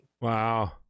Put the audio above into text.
Wow